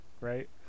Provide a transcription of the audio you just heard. right